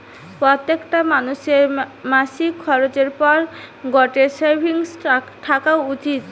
প্রত্যেকটা মানুষের মাসিক খরচের পর গটে সেভিংস থাকা উচিত